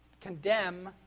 condemn